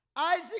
Isaac